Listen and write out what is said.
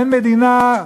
אין מדינה,